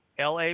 LA